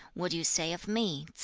what do you say of me, ts'ze?